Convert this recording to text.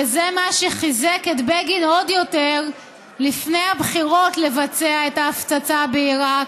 וזה מה שחיזק את בגין עוד יותר לפני הבחירות לבצע את ההפצצה בעיראק.